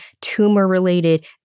tumor-related